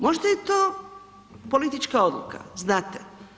Možda je to politička odluka znate.